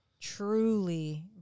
truly